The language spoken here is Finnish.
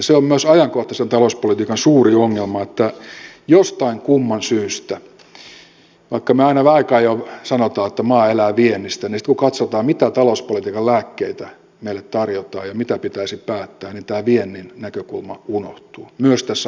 se on myös ajankohtaisen talouspolitiikan suuri ongelma että jostain kumman syystä vaikka me aika ajoin sanomme että maa elää viennistä kun katsotaan mitä talouspolitiikan lääkkeitä meille tarjotaan ja mitä pitäisi päättää tämä viennin näkökulma unohtuu myös tässä ajankohtaisessa keskustelussa